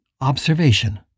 observation